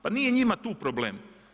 Pa nije njima tu problem.